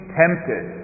tempted